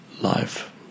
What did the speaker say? life